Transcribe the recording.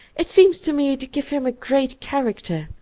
it seems to me to give him a great character,